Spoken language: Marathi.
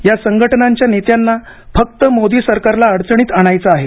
या संघटनांच्या नेत्यांना फक्त मोदी सरकारला अडचणीत आणायचं आहे